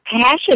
passion